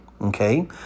Okay